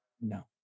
No